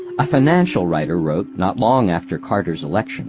a financial writer wrote, not long after carter's election